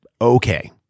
okay